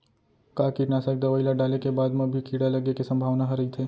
का कीटनाशक दवई ल डाले के बाद म भी कीड़ा लगे के संभावना ह रइथे?